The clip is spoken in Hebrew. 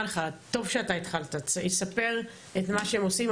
ספר על מה שאתם עושים.